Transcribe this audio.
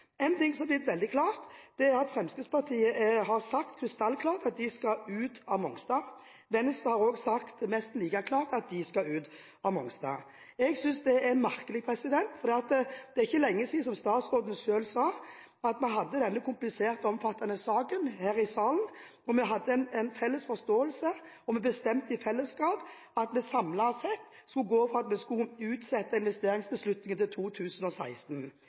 Én ting som er blitt veldig klart, er at Fremskrittspartiet har sagt krystallklart at de skal ut av Mongstad. Venstre har også sagt nesten like klart at de skal ut av Mongstad. Jeg synes det er merkelig, for det er ikke lenge siden, som statsråden selv sa, at vi hadde denne kompliserte og omfattende saken her i salen, og vi hadde en felles forståelse av, og vi bestemte i fellesskap, at vi samlet sett skulle utsette investeringsbeslutningen til 2016.